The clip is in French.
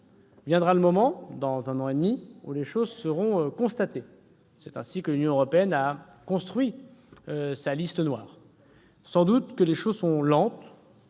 Viendra le moment, dans un an et demi, où les choses seront constatées. C'est ainsi que l'Union européenne a construit sa liste noire. Sans doute les choses sont-elles